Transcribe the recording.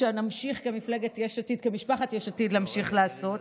ושנמשיך כמשפחת יש עתיד לעשות.